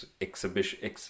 exhibition